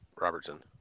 Robertson